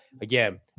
Again